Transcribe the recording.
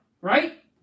right